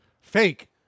fake